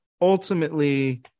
ultimately